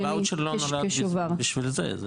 הוואוצ'ר לא נולד בשביל זה.